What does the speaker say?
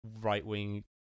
right-wing